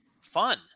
fun